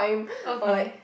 okay